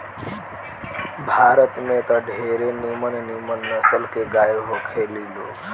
भारत में त ढेरे निमन निमन नसल के गाय होखे ली लोग